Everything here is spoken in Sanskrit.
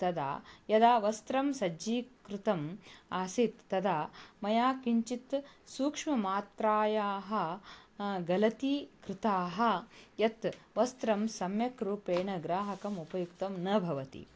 तदा यदा वस्त्रं सज्जीकृतम् आसीत् तदा मया किञ्चित् सूक्ष्ममात्रायाः गलती कृता यत् वस्त्रं सम्यक् रूपेण ग्राहकम् उपयुक्तं न भवति